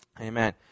Amen